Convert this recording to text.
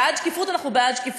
בעד שקיפות, אנחנו בעד שקיפות.